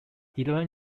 eleven